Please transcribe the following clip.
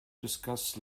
discuss